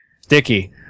Sticky